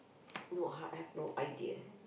no I have no idea